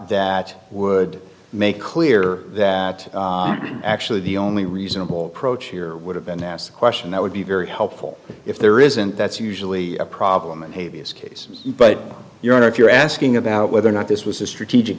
that would make clear that actually the only reasonable approach here would have been asked a question that would be very helpful if there isn't that's usually a problem and maybe it's case but your honor if you're asking about whether or not this was a strategic